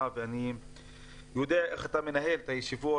ואני יודע איך אתה מנהל את הישיבות,